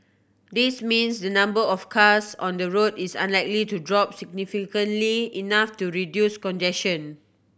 this means the number of cars on the road is unlikely to drop significantly enough to reduce congestion